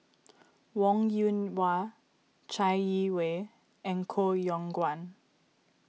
Wong Yoon Wah Chai Yee Wei and Koh Yong Guan